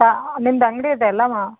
ಹಾಂ ನಿಮ್ದು ಅಂಗಡಿ ಇದೆಯಲ್ಲ ಹಾಂ